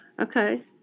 Okay